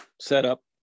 setup